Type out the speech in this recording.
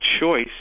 choice